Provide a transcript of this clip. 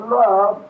love